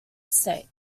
states